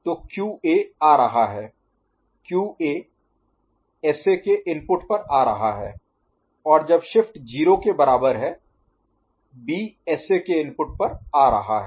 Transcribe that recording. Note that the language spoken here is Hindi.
तो QA आ रहा है QA SA के इनपुट पर आ रहा है और जब शिफ्ट 0 के बराबर है B SA के इनपुट पर आ रहा है